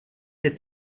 teď